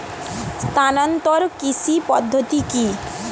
স্থানান্তর কৃষি পদ্ধতি কি?